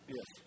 Yes